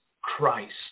Christ